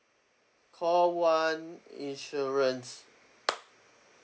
call one insurance